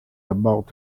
about